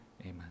Amen